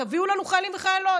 תביאו לנו חיילים וחיילות.